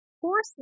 horse